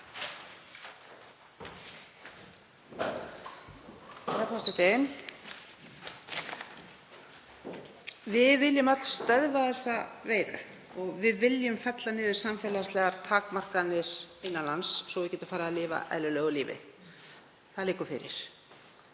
Við viljum öll stöðva þessa veiru og viljum fella niður samfélagslegar takmarkanir innan lands svo að við getum farið að lifa eðlilegu lífi. Það liggur fyrir.